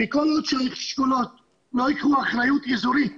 וכל עוד שהאשכולות לא יקחו אחריות אזורית,